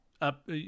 up